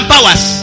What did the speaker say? powers